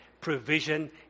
provision